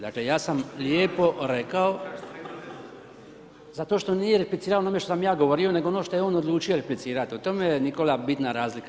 Dakle, ja sam lijepo rekao … [[Upadica: Ne razumije se.]] zato što nije replicirao onome što sam ja govorio nego ono što je on odlučio replicirat o tome je Nikola bitna razlika.